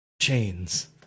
Chains